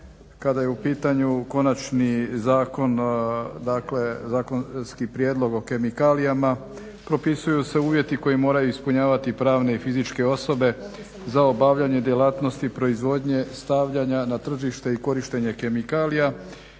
Kada je u pitanju konačni zakonski prijedlog o kemikalijama propisuju se uvjeti koje moraju ispunjavati pravne i fizičke osobe za obavljanje djelatnosti proizvodnje, stavljanja na tržište i korištenje kemikalija